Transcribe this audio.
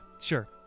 sure